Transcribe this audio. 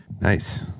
nice